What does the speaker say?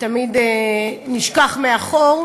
ותמיד נשכח מאחור,